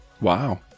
Wow